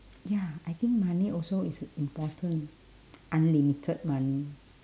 ya I think money also is important unlimited money